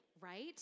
right